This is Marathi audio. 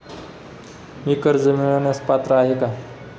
मी कर्ज मिळवण्यास पात्र आहे का?